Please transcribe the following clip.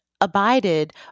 abided